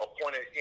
appointed